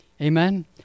Amen